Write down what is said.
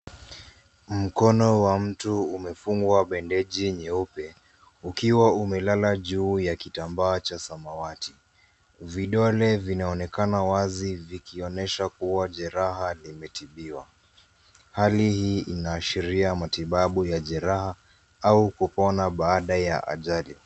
Mkono wa mtu umefungwa pandechi nyeupe ukiwa umelala juu ya kitambaa cha samawati. vidole vinaonekana wazi vikionyesha kuwa jeraha limetibiwa, hali hii inaashiria matibu ya jereha au kupona baada ya ajali.